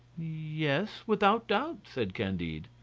yes, without doubt, said candide.